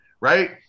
right